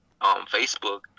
Facebook